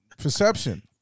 Perception